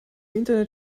internet